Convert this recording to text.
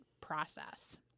process